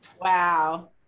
Wow